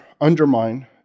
undermine